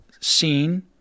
scene